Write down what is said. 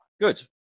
good